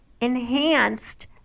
enhanced